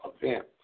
event